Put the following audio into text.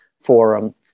Forum